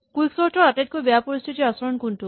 quicksort ৰ আটাইতকৈ বেয়া পৰিস্হিতিৰ আচৰণ কোনটো